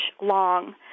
long